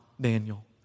Daniel